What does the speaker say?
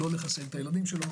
לא לחסן את ילדיו.